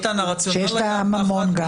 שיש לה ממון.